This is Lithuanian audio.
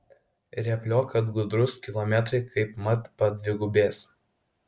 rėpliok kad gudrus kilometrai kaip mat padvigubės